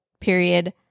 period